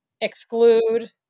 exclude